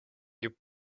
you